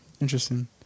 Interesting